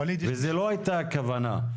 ולא זו הייתה הכוונה.